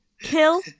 Kill